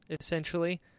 essentially